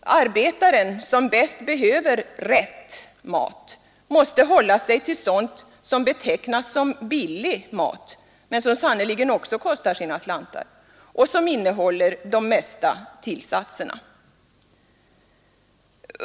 Arbetaren som bäst behöver ”rätt” mat måste hålla sig till sådan som betecknas ”billig” mat men som sannerligen också kostar sina slantar och som innehåller de mesta tillsatserna.